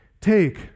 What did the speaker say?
take